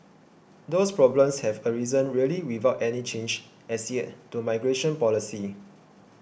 those problems have arisen really without any change as yet to migration policy